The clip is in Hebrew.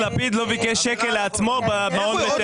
לעומת זאת לפיד לא ביקש שקל לעצמו במעון בתל אביב.